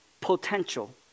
potential